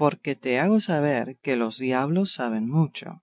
porque te hago saber que los diablos saben mucho